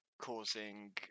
Causing